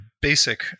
basic